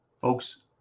Folks